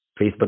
Facebook